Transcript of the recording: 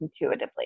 intuitively